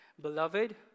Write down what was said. Beloved